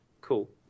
Cool